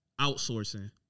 outsourcing